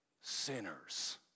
sinners